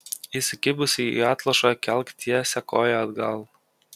įsikibusi į atlošą kelk tiesią koją atgal